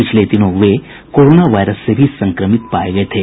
पिछले दिनों वे कोरोना वायरस से भी संक्रमित पाये गये थे